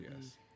Yes